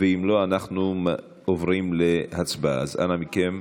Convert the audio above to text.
אם לא, אנחנו עוברים להצבעה, אז אנא מכם,